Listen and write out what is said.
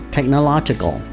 Technological